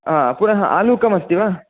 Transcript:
हा पुनः आलुकमस्ति वा